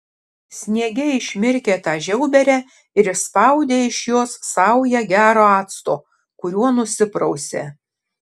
sniege išmirkė tą žiauberę ir išspaudė iš jos saują gero acto kuriuo nusiprausė